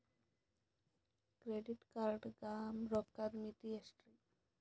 Credit card ಗ ರೋಕ್ಕದ್ ಮಿತಿ ಎಷ್ಟ್ರಿ?